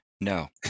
No